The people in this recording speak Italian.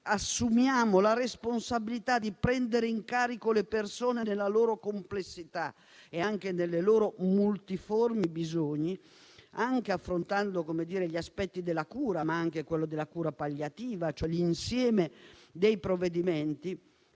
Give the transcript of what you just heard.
assumiamo la responsabilità di prendere in carico le persone nella loro complessità e anche nei loro multiformi bisogni, anche affrontando gli aspetti della cura, compresa quella palliativa, e cioè l'insieme dei provvedimenti.